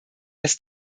das